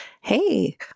Hey